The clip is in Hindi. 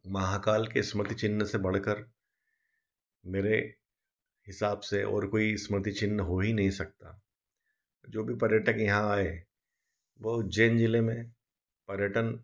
महाकाल के स्मृति चिन्ह से बढ़कर मेरे हिसाब से और कोई स्मृति चिन्ह हो ही नहीं सकता जो भी पर्यटक यहाँ आए वो उज्जैन ज़िले में पर्यटन